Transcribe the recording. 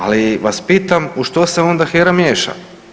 Ali vas pitam u što se onda HERA miješa?